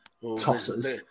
Tossers